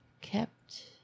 kept